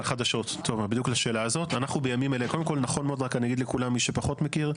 רק אני אגיד לכולם, מי שפחות מכיר,